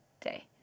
day